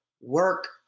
work